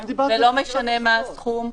לא משנה מה הסכום,